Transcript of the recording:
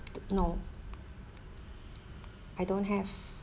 no I don't have